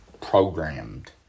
programmed